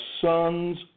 sons